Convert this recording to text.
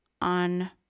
on